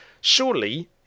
surely